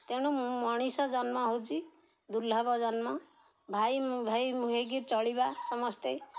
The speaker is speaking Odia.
ତେଣୁ ମଣିଷ ଜନ୍ମ ହେଉଛି ଦୁର୍ଲଭ ଜନ୍ମ ଭାଇ ଭାଇ ହେଇକି ଚଳିବା ସମସ୍ତେ